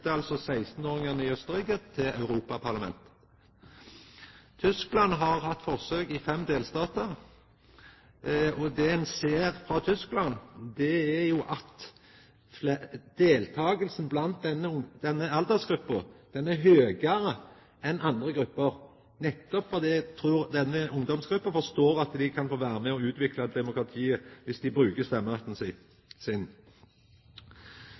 altså 16-åringane i Austerrike til Europaparlamentet. Tyskland har hatt forsøk i fem delstatar, og det ein ser frå Tyskland, er at deltakinga blant denne aldersgruppa er høgare enn blant andre grupper, nettopp fordi eg trur denne ungdomsgruppa forstår at dei kan få vera med å utvikla demokratiet viss dei bruker stemmeretten sin.